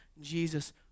Jesus